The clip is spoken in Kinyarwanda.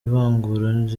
ivangura